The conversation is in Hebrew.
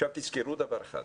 תזכרו דבר אחד.